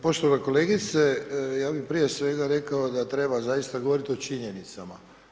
Poštovana kolegice, ja bi prije svega rekao da treba zaista govoriti o činjenicama.